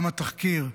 גם התחקיר,